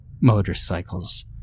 motorcycles